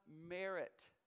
merit